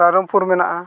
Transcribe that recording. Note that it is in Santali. ᱨᱟᱭᱨᱚᱝᱯᱩᱨ ᱢᱮᱱᱟᱜᱼᱟ